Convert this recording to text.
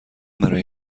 برای